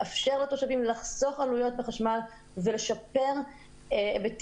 מאפשר לתושבים לחסוך עלויות בחשמל ולשפר היבטים